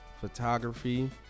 photography